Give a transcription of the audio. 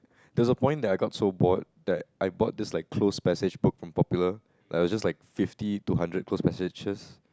there's a point that I got so bored that I bought this like close passage book from Popular that has just like fifty to hundred close passages